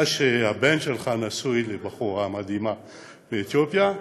אתה, שהבן שלך נשוי לבחורה מדהימה מאתיופיה,